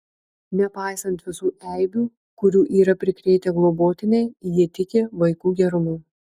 nepaisant visų eibių kurių yra prikrėtę globotiniai ji tiki vaikų gerumu